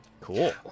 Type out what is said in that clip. cool